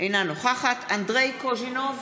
אינה נוכחת אנדרי קוז'ינוב,